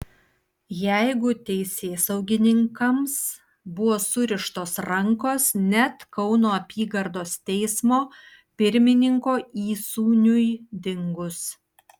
jeigu teisėsaugininkams buvo surištos rankos net kauno apygardos teismo pirmininko įsūniui dingus